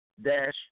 dash